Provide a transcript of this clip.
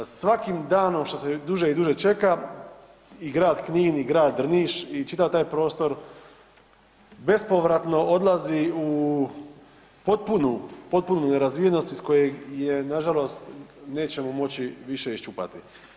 Svakim danom što se duže i duže čeka i grad Knin i grad Drniš i čitav taj prostor bespovratno odlazi u potpunu nerazvijenost iz kojeg je nažalost nećemo moći više iščupati.